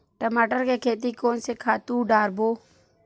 टमाटर के खेती कोन से खातु डारबो?